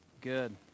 good